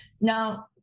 Now